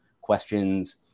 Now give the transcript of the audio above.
questions